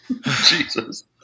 Jesus